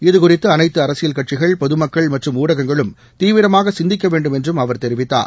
இது குறித்து அனைத்து அரசியல் கட்சிகள் பொதுமக்கள் மற்றும் ஊடகங்களும் தீவிரமாக சிந்திக்க வேண்டும் என்றும் அவர் தெரிவித்தார்